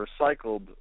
recycled